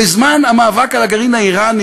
בזמן המאבק על הסכם הגרעין עם איראן,